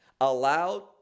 allowed